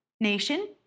nation